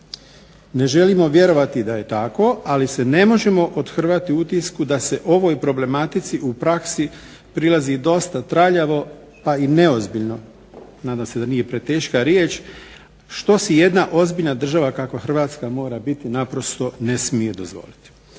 Ne želimo vjerovati da je tako, ali se ne možemo othrvati utisku da se ovoj problematici u praksi prilazi dosta traljavo pa i neozbiljno. Nadam se da nije preteška riječ što si jedna ozbiljna država kakva Hrvatska mora biti naprosto ne smije dozvoliti.